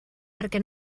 perquè